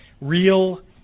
real